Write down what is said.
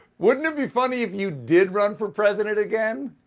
wouldn't it be funny if you did run for president again?